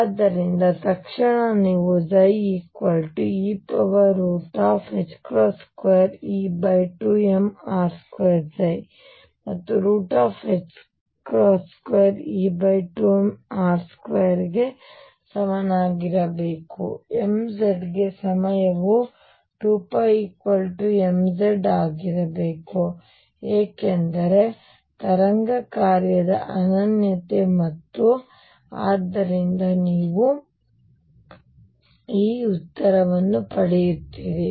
ಆದ್ದರಿಂದ ತಕ್ಷಣ ನೀವು e2E2mR2 ಮತ್ತು 2E2mR2 ಗೆ ಸಮನಾಗಿರಬೇಕು mz ಗೆ ಸಮಯವು 2 mz ಆಗಿರಬೇಕು ಏಕೆಂದರೆ ತರಂಗ ಕಾರ್ಯದ ಅನನ್ಯತೆ ಮತ್ತು ಆದ್ದರಿಂದ ನೀವು ನಿಮ್ಮ ಉತ್ತರವನ್ನು ಪಡೆಯುತ್ತೀರಿ